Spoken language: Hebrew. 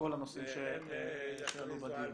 לכל הנושאים שעלו בדיון.